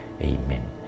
Amen